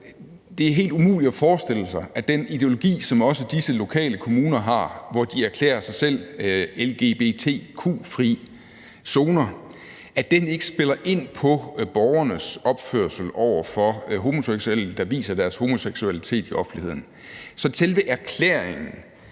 det er helt umuligt at forestille sig, at den ideologi, som også disse lokale kommuner har, hvor de erklærer sig selv lgbtq-fri zoner, ikke spiller ind på borgernes opførsel over for homoseksuelle, der viser deres homoseksualitet i offentligheden. Så selve erklæringen